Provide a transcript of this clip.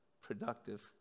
productive